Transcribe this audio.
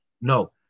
No